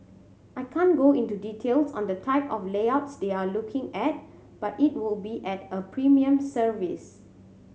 I can't go into details on the type of layouts they're looking at but it would be at a premium service